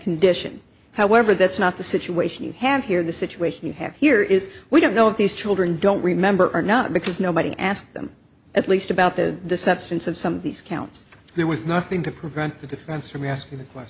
condition however that's not the situation you have here the situation you have here is we don't know if these children don't remember or not because nobody asked them at least about the substance of some of these counts there was nothing to prevent the difference from asking